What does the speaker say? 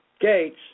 Gates